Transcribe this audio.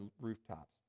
rooftops